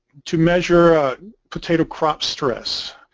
to measure potato crop stress.